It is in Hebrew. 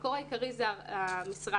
המקור העיקרי הוא המשרד